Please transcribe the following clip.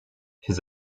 his